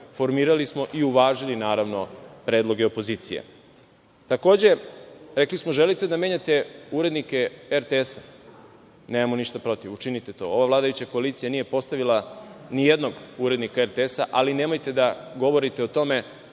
formirali smo i uvažili, naravno, predloge opozicije. Takođe, rekli smo, želite da menjate urednike RTS. Nemamo ništa protiv, učinite to. Ova vladajuća koalicija nije postavila ni jednog urednika RTS, ali nemojte da govorite o tome